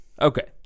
Okay